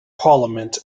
parliament